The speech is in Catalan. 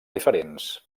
diferents